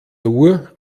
nur